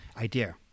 idea